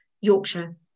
Yorkshire